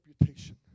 reputation